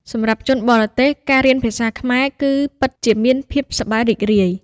សម្រាប់ជនបរទេស ការរៀនភាសាខ្មែរគឺពិតជាមានភាពសប្បាយរីករាយ។